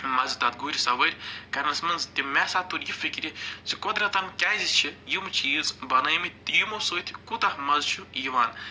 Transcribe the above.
مَزٕ تَتھ گُرۍ سَوٲرۍ کرنَس منٛز تہٕ مےٚ ہسا توٚر یہِ فِکِرِ زِ قۄدرتَن کیٛازِ چھِ یِم چیٖز بنٲیمٕتۍ تہٕ یِمَو سۭتۍ کوٗتاہ مَزٕ چھُ یِوان